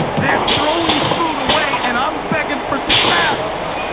they're throwing food away, and i'm begging for scraps.